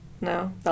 No